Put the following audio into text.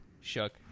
shook